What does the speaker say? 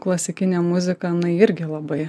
klasikinę muziką nu irgi labai